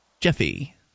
Jeffy